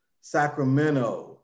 Sacramento